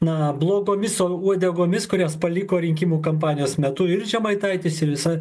na blogomis o uodegomis kurias paliko rinkimų kampanijos metu ir žemaitaitis ir visa